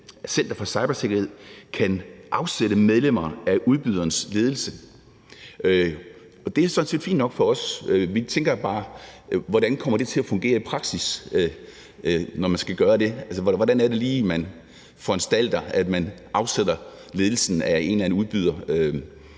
at Center for Cybersikkerhed kan afsætte medlemmer af udbyderens ledelse. Det er sådan set fint nok for os, men vi tænker bare over, hvordan det kommer til at fungere i praksis, når man skal gøre det. Hvordan er det lige, man foranstalter, at man afsætter ledelsen af en eller anden udbyder?